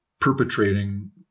perpetrating